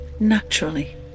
naturally